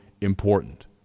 important